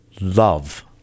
love